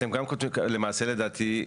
אתם גם, למעשה, לדעתי,